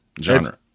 genre